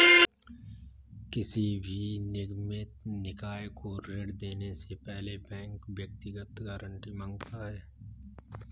किसी भी अनिगमित निकाय को ऋण देने से पहले बैंक व्यक्तिगत गारंटी माँगता है